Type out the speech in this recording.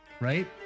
right